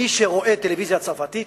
מי שרואה טלוויזיה צרפתית,